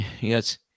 yes